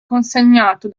consegnato